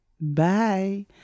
Bye